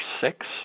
six